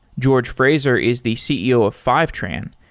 george fraser is the ceo of fivetran,